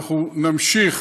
אנחנו נמשיך